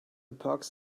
pox